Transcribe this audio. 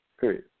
Period